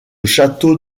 château